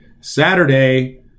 saturday